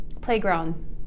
playground